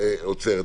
כשממשלה עוצרת.